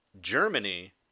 Germany